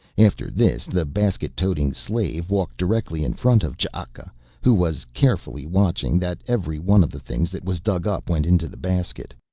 after this the basket-toting slave walked directly in front of ch'aka who was carefully watchful that every one of the things that was dug up went into the basket.